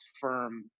firm